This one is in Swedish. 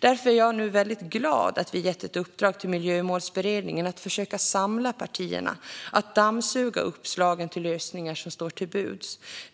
Därför är jag glad att vi nu har gett i uppdrag till Miljömålsberedningen att försöka samla partierna för att dammsuga de uppslag till lösningar som står till buds.